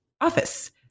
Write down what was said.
office